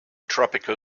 tropical